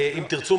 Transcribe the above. אם תרצו,